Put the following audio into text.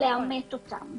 --- לאמת אותם